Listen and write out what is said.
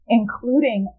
including